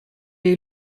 est